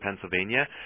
Pennsylvania